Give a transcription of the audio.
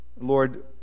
Lord